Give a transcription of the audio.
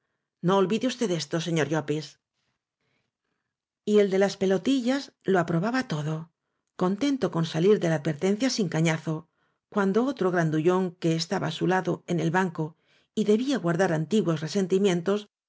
no olvide usted esto señor de llopis y el de las pelotillas lo aprobaba todo con tento con salir de la advertencia sin cañazo cuando otro grandullón que estaba á su lado en el banco y debía guardar antiguos